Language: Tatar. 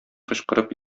кычкырып